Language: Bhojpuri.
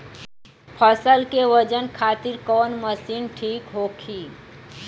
फसल के वजन खातिर कवन मशीन ठीक होखि?